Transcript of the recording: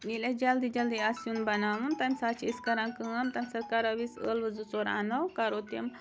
ییٚلہِ اَسہِ جلدی جلدی آسہِ سیُن بَناوُن تَمہِ ساتہٕ چھِ أسۍ کَران کٲم تمہِ ساتہٕ کَرو أسۍ ٲلوٕ زٕ ژور اَنو کَرو تِم